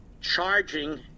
charging